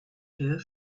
her